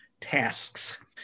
tasks